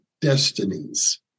destinies